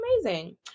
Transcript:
amazing